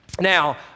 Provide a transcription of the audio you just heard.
Now